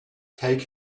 take